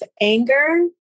anger